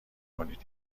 کنید